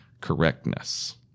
correctness